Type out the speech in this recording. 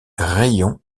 raïon